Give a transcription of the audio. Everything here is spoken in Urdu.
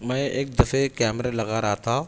میں ایک دفعے کیمرہ لگا رہا تھا